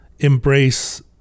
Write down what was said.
Embrace